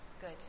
Good